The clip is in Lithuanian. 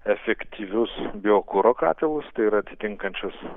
efektyvius biokuro katilus tai yra atitinkančius